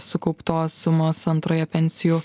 sukauptos sumos antroje pensijų